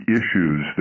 issues